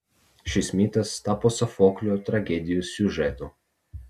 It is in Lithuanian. šis mitas tapo sofoklio tragedijos siužetu